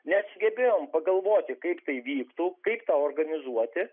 nesugebėjom pagalvoti kaip tai vyktų kaip tą organizuoti